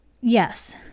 yes